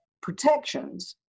protections